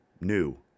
new